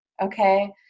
Okay